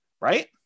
right